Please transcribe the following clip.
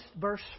verse